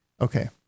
okay